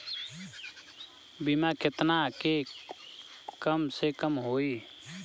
बीमा केतना के कम से कम होई?